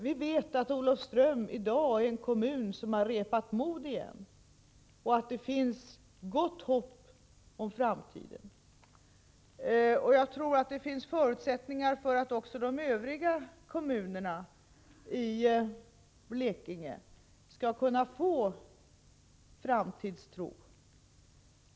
Vi vet att Olofström i dag är en kommun där befolkningen har repat mod igen och hyser gott hopp om framtiden. Det finns nog förutsättningar för att människorna i de övriga kommunerna i Blekinge skall få framtidstro.